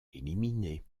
éliminés